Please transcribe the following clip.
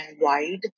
wide